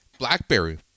BlackBerry